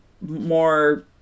more